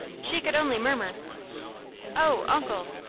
she could only murmur oh, uncle!